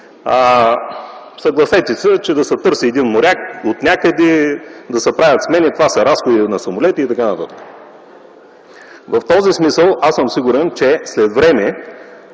Съгласете се, че да се търси моряк отнякъде, да се правят смени, това са разходи за самолети и т.н. В този смисъл аз съм сигурен, че след време